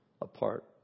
apart